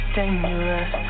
dangerous